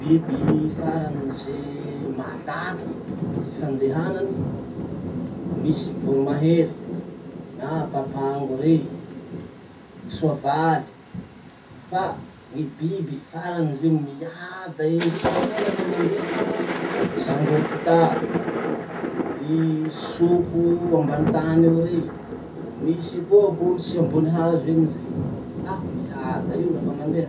Biby farany ze malaky ty fandehanany. Misy voromahery, na papango rey, sovaly. Fa gny biby farany ze miada indrindra koa lafa mandeha, sangorikita, i soko ambany tany ao rey. Misy koa olotsy ambony hazo eny zay, ha miada io lafa mandeha.